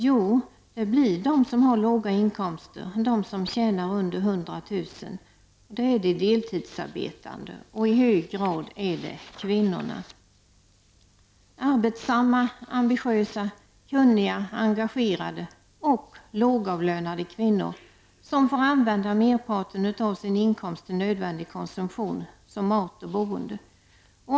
Jo, det blir de som har låga inkomster, de som tjänar under 100 000 kr., och det är de deltidsarbetande, och i hög grad är det kvinnorna. Arbetsamma, ambitiösa, kunniga, engagerade och lågavlönade kvinnor får använda merparten av sin inkomst till nödvändig konsumtion -- som mat och boende.